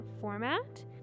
format